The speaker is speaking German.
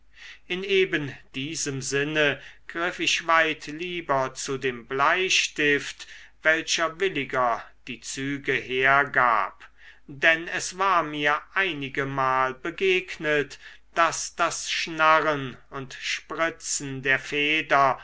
in eben diesem sinne griff ich weit lieber zu dem bleistift welcher williger die züge hergab denn es war mir einigemal begegnet daß das schnarren und spritzen der feder